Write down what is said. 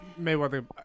Mayweather